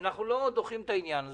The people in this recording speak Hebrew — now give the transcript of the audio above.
אנחנו לא דוחים את העניין הזה.